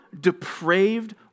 depraved